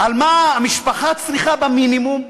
על מה שמשפחה צריכה במינימום,